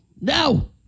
No